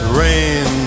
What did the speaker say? rain